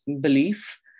belief